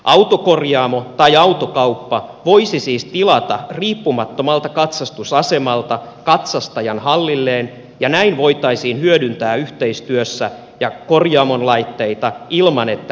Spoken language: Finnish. autokorjaamo tai autokauppa voisi siis tilata riippumattomalta katsastusasemalta katsastajan hallilleen ja näin voitaisiin hyödyntää yhteistyössä korjaamon laitteita ilman että riippumattomuus vaarantuisi